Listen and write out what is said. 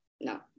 no